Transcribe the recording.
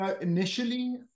initially